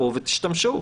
תיקחו ותשתמשו.